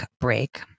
break